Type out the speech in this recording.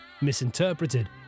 misinterpreted